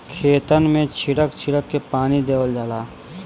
खेतन मे छीड़क छीड़क के पानी देवल जाला